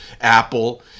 Apple